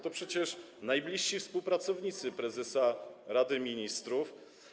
To przecież najbliżsi współpracownicy prezesa Rady Ministrów.